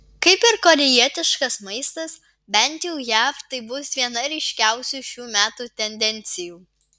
kaip ir korėjietiškas maistas bent jau jav tai bus viena ryškiausių šių metų tendencijų